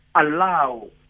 allow